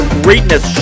greatness